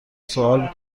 سوال